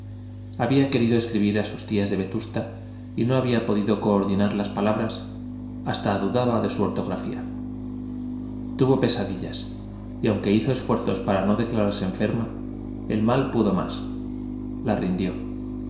había querido escribir a sus tías de vetusta y no había podido coordinar las palabras hasta dudaba de su ortografía tuvo pesadillas y aunque hizo esfuerzos para no declararse enferma el mal pudo más la rindió